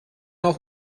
auch